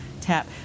tap